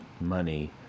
money